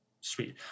sweet